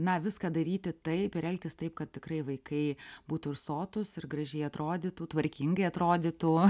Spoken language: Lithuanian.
na viską daryti taip ir elgtis taip kad tikrai vaikai būtų ir sotūs ir gražiai atrodytų tvarkingai atrodytų